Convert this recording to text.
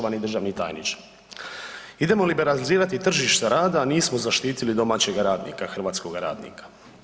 državni tajniče, idemo liberalizirati tržište rada, a nismo zaštitili domaćega radnika, hrvatskog radnika.